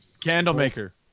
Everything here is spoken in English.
Candlemaker